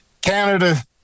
Canada